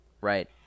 right